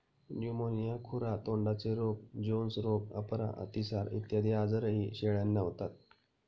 pneumonia, खुरा तोंडाचे रोग, जोन्स रोग, अपरा, अतिसार इत्यादी आजारही शेळ्यांना होतात